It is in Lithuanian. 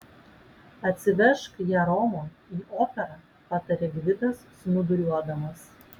atsivežk ją romon į operą patarė gvidas snūduriuodamas